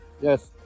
Yes